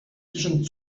zwischen